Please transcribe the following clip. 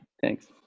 thanks